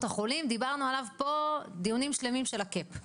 החולים ודיברנו עליה פה דיונים שלמים של הקאפ.